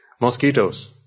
mosquitoes